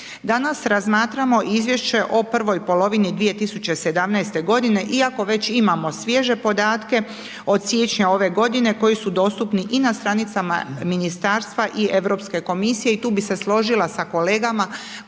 Danas razmatramo izvješće o prvoj polovini 2017. g. iako već imamo svježe podatke od siječnja ove godine koji su dostupni i na stranicama ministarstva i Europske komisije i tu bise složila sa kolegama koji su mišljenja